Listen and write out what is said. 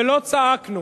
ולא צעקנו.